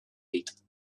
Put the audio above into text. dit